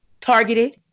targeted